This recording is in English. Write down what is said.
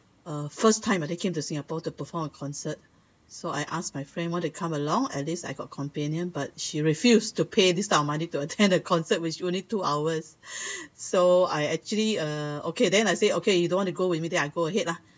uh first time they came to singapore to perform a concert so I asked my friend want to come along at least I got companion but she refused to pay this type of money to attend a concert with only two hours so I actually uh okay then I say okay you don't want to go with me then I go ahead lah